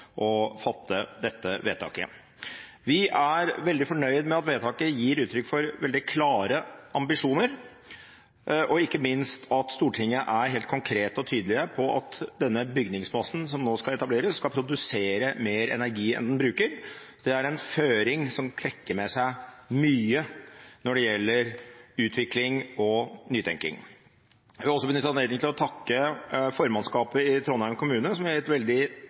å fatte dette vedtaket. Vi er veldig fornøyd med at vedtaket gir uttrykk for veldig klare ambisjoner, og ikke minst at Stortinget er helt konkret og tydelig på at den bygningsmassen som nå skal etableres, skal produsere mer energi enn den bruker. Det er en føring som trekker med seg mye når det gjelder utvikling og nytenking. Jeg vil også benytte anledningen til å takke formannskapet i Trondheim kommune, som har gitt veldig